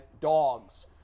dogs